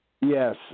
Yes